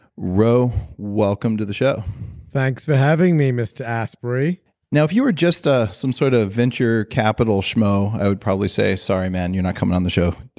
ro, welcome to the show thanks for having me, mr asprey now if you were just ah some sort of venture capital schmo, i would probably say, sorry man, you're not coming on the show.